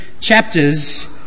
chapters